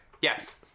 Yes